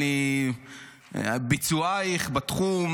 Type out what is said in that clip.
וביצועייך בתחום,